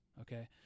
Okay